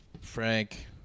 frank